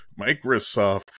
Microsoft